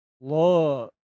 law